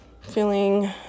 feeling